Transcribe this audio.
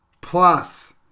PLUS